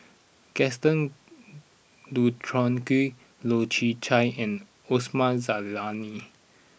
Gaston Dutronquoy Loy Chye Chuan and Osman Zailani